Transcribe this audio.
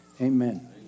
amen